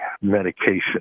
medication